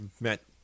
met